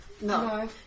No